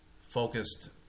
focused